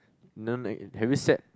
no eh have you sat